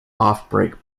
offbreak